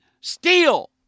steal